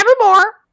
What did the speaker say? Nevermore